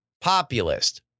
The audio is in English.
populist